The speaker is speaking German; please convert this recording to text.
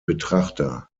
betrachter